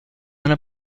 una